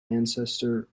ancestor